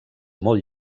molt